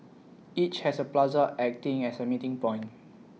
each has A plaza acting as A meeting point